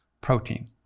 protein